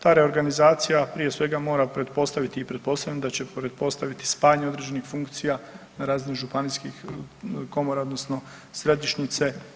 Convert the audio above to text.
Ta reorganizacija prije svega mora pretpostaviti i pretpostavljam da će pretpostaviti spajanje određenih funkcija na razini županijskih komora odnosno središnjice.